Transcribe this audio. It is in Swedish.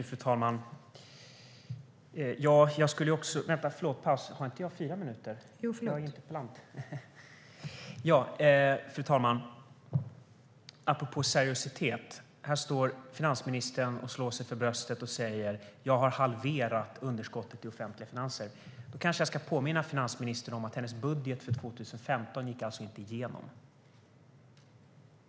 Fru talman! Apropå seriositet står finansministern här och slår sig för bröstet och säger: Jag har halverat underskottet i de offentliga finanserna. Då kanske jag ska påminna finansministern om att hennes budget för 2015 alltså inte gick igenom.